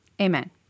Amen